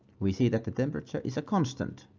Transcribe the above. we see that the temperature is a constant.